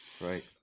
right